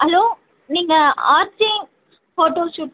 hello நீங்கள் RJ photo shoot